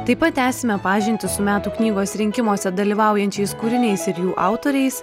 taip pat tęsime pažintį su metų knygos rinkimuose dalyvaujančiais kūriniais ir jų autoriais